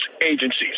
agencies